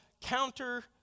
counter